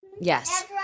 Yes